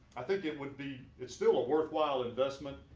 i think it would be it's still a worthwhile investment.